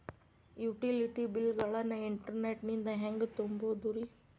Utility bill ಗಳನ್ನ internet ನಿಂದ ಹೆಂಗ್ ತುಂಬೋದುರಿ?